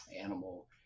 animal